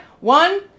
One